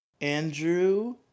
Andrew